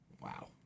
Wow